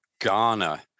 Ghana